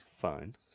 Fine